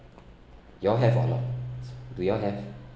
you all have or not do you all have